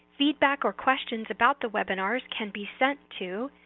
feedback or questions about the webinars can be sent to.